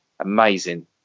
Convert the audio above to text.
amazing